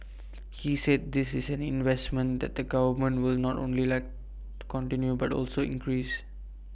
he said this is an investment that the government will not only let continue but also increase